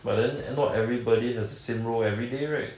but then not everybody has the same role every day right